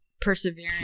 persevering